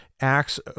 acts